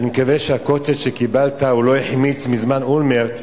אני מקווה שה"קוטג'" שקיבלת לא החמיץ מזמן אולמרט,